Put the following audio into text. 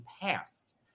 passed